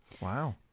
Wow